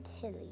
Tilly